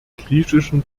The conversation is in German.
griechischen